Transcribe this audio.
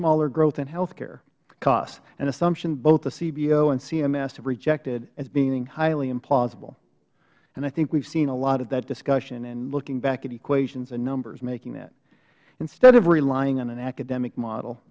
smaller growth in health care costs an assumption both the cbo and cms have rejected as being highly implausible and i think we have seen a lot of that discussion and looking back at equations and numbers making that instead of relying on an academic model